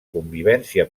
convivència